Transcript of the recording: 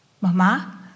Mama